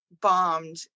bombed